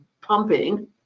pumping